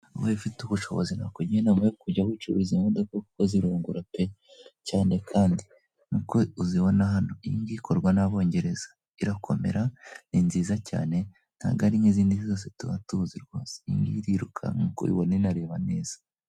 Wowe ufite ubushobozi nakugira inama yo kujya wicururiza imodoka, kuko zirungura pe, cyane kandi! Nk'uko uzibona hano, iyi ngiyi ikorwa n'abongereza irakomera, ni nziza cyane ntabwo ari nk'izindi zose tuba tuzi rwose. Iyi ngiyi irirukanka, nk'uko ubibona inareba neza.